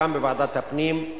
גם בוועדת הפנים,